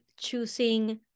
choosing